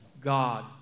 God